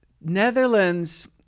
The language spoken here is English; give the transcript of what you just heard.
Netherlands